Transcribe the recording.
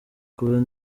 kuva